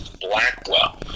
Blackwell